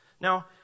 Now